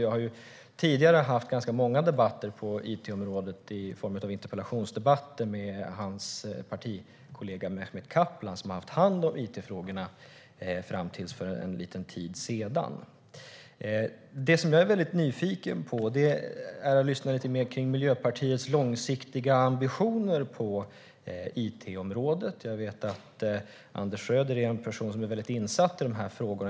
Jag har tidigare haft många debatter på it-området i form av interpellationsdebatter med hans partikollega Mehmet Kaplan, som har haft hand om it-frågorna fram till för en liten tid sedan. Det jag är nyfiken på är Miljöpartiets långsiktiga ambitioner på itområdet. Jag vet att Anders Schröder är en person som är väldigt insatt i dessa frågor.